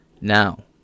Now